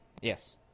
Yes